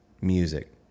music